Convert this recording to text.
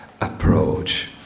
approach